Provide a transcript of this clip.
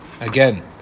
again